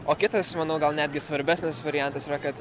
o kitas manau gal netgi svarbesnis variantas yra kad